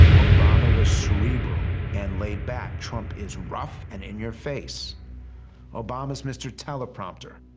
obama was cerebral and laid-back, trump is rough and in-your-face. obama is mr. teleprompter.